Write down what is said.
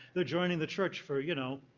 they're joining the church for, you know,